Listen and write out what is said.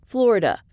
Florida